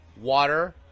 water